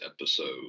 episode